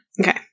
Okay